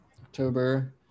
October